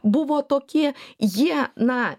buvo tokie jie na